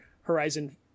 Horizon